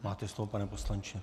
Máte slovo, pane poslanče.